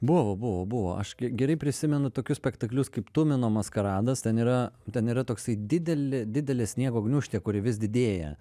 buvo buvo buvo aš gerai prisimenu tokius spektaklius kaip tumino maskaradas ten yra ten yra toksai didelė didelė sniego gniūžtė kuri vis didėja